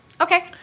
Okay